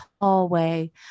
hallway